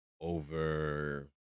over